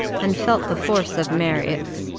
and felt the force of marriott's,